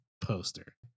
poster